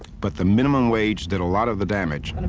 but the minimum wage did a lot of the damage. and